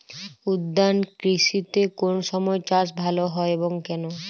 উদ্যান কৃষিতে কোন সময় চাষ ভালো হয় এবং কেনো?